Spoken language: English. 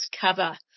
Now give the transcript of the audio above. cover